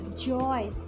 joy